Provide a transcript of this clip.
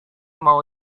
mau